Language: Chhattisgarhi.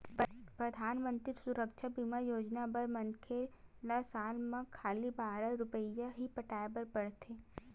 परधानमंतरी सुरक्छा बीमा योजना बर मनखे ल साल म खाली बारह रूपिया ही पटाए बर परथे